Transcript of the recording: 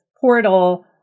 portal